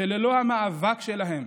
שללא המאבק שלהם